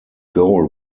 goal